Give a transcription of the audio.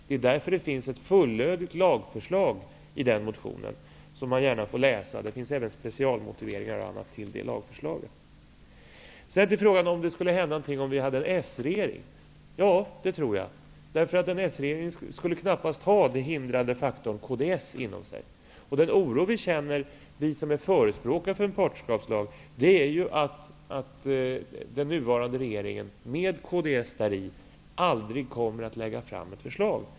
Det är därför det finns ett fullödigt lagförslag i den motionen. Den får gärna läsas, och där finns även specialmotiveringar till lagförslaget. Vidare till frågan om det skulle ha hänt något om vi hade en socialdemokratisk regering. Ja, det tror jag. En socialdemokratisk regering skulle knappast ha den hindrande faktor kds i sig. Den oro vi känner som förespråkar en partnerskapslag är att den nuvarande regeringen, med kds däri, aldrig kommer att lägga fram ett förslag.